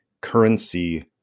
currency